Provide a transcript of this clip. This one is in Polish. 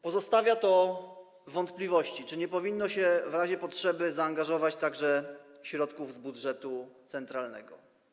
Powoduje to wątpliwości, czy nie powinno się w razie potrzeby zaangażować także środków z budżetu centralnego.